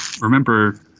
Remember